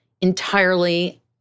entirely